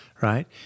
right